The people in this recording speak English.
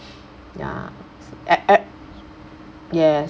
ya at at yes